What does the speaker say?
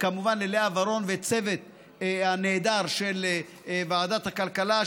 וכמובן ללאה ורון ולצוות הנהדר של ועדת הכלכלה,